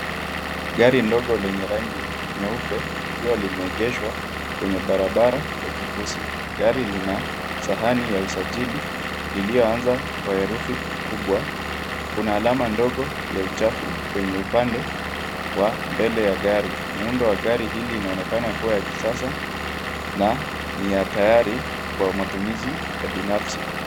Gari ndogo lenye rangi nyeupe likiwa limeegeshwa kwenye barabara ya kifusi. Gari lina sahani ya usajili iliyoanza kwa herufi kubwa. Kuna alama ndogo ya uchafu kwenye upande wa mbele ya gari. Muundo wa gari hili inaonekana kuwa ya kisasa na ni ya tayari kwa matumizi ya binafsi.